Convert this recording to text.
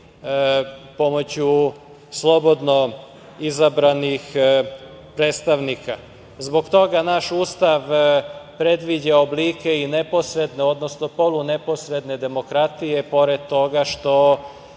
pomoću slobodno izabranih predstavnika. Zbog toga naš Ustav predviđa oblike i neposredne, odnosno poluneposredne demokratije, pored toga što